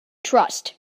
trust